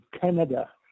Canada